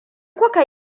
kuka